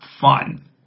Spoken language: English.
fun